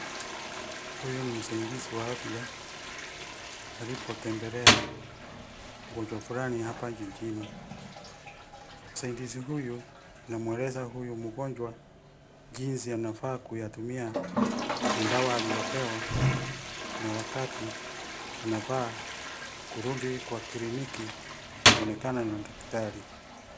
Huyu ni msaidizi wa afya, alipotembelea, mgonjwa fulani hapa jijini. Msaidizi huyu, anamweleza huyu mgonjwa, jinsi anafaa kuyatumia, madawa aliyopewa, na wakati, anafaa, kurudi kwa kliniki, kuonekana na daktari.